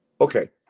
okay